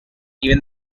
even